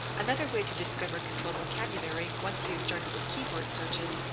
another way to discover controlled vocabulary once you have started with keyword searches,